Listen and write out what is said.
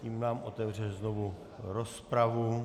Tím nám otevře znovu rozpravu.